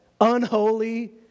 unholy